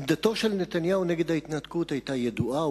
עמדתו של נתניהו נגד ההתנתקות היתה ידועה.